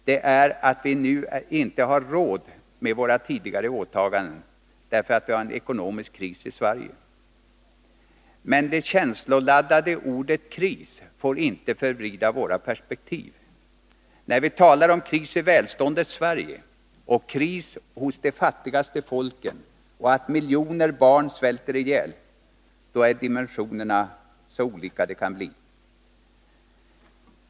Det är att vi nu inte har råd med våra tidigare åtaganden, därför att vi har en ekonomisk kris i Sverige. Men det känsloladdade ordet kris får inte förvrida våra perspektiv. När vi talar om kris i välståndets Sverige och kris hos de fattigaste folken där miljoner barn svälter ihjäl, då är dimensionerna så olika de kan bli.